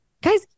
Guys